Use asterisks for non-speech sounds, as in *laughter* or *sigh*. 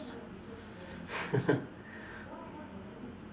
*laughs*